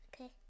Okay